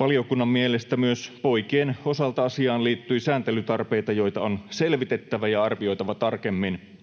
Valiokunnan mielestä myös poikien osalta asiaan liittyi sääntelytarpeita, joita on selvitettävä ja arvioitava tarkemmin.